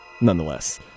nonetheless